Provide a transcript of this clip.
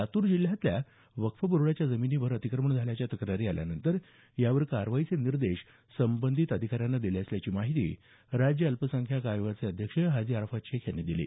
लातूर जिल्ह्यातल्या वक्फ बोर्डाच्या जमिनीवर अतिक्रमण झाल्याच्या तक्रारी आल्यानंतर यावर कारवाईचे निर्देश संबंधित अधिकाऱ्यांना दिले असल्याची माहिती राज्य अल्पसंख्यांक आयोगाचे अध्यक्ष हाजी अराफत शेख यांनी दिली